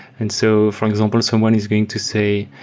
and so for example, someone is going to say,